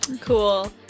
Cool